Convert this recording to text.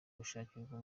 gushakirwa